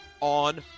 on